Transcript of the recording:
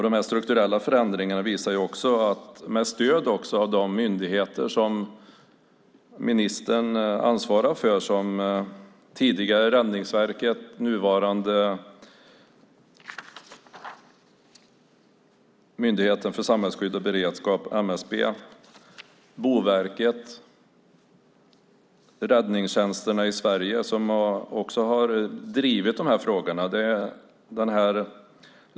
Dessa strukturella förändringar visar också att man med stöd av de myndigheter som ministern ansvarar för, såsom tidigare Räddningsverket och numera Myndigheten för samhällsskydd och beredskap, MSB, samt Boverket och räddningstjänsterna i Sverige, har drivit de här frågorna.